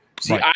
See